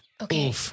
Okay